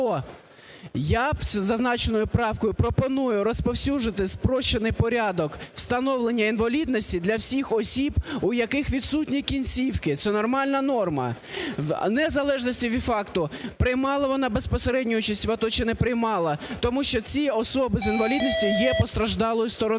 Я зазначеною правкою пропоную розповсюдити спрощений порядок встановлення інвалідності для всіх осіб у яких відсутні кінцівки – це нормальна норма. В незалежності від факту, приймала вона безпосередню участь в АТО, чи не приймала, тому що ці особи з інвалідністю є постраждалою стороною.